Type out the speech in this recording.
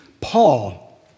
Paul